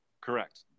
Correct